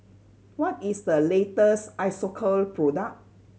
what is the latest Isocal product